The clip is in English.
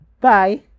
Bye